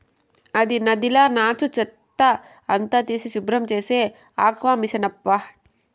అది నదిల నాచు, చెత్త అంతా తీసి శుభ్రం చేసే ఆక్వామిసనవ్వా